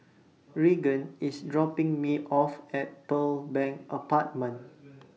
Raegan IS dropping Me off At Pearl Bank Apartment